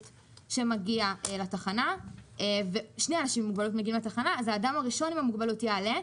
מגיעים לתחנה אז האדם הראשון יעלה,